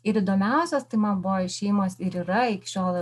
ir įdomiausias tai man buvo šeimos ir yra iki šiol